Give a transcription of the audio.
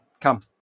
come